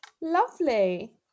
Lovely